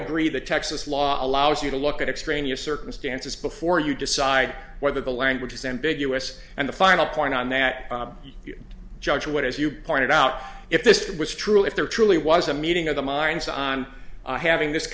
agree the texas law allows you to look at extraneous circumstances before you decide whether the language is ambiguous and the final point on that you judge what as you pointed out if this was true if there truly was a meeting of the minds on having this